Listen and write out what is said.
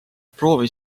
proovi